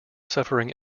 suffering